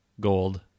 gold